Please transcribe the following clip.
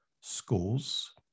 schools